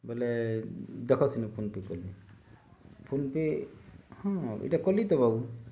ବୋଲେ ଦେଖ ସେନ ଫୋନ୍ପେ କଲି ଫୋନ୍ପେ ହଁ ଏଟା କଲି ତ ବାବୁ